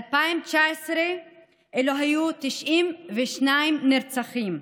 ב-2019 היו 92 נרצחים,